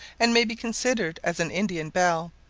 and may be considered as an indian belle,